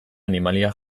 animalia